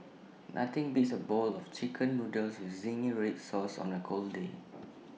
nothing beats A bowl of Chicken Noodles with Zingy Red Sauce on A cold day